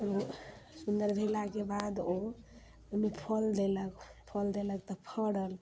सुन्दर भेलाके बाद ओ ओहिमे फल देलक फल देलक तऽ फड़ल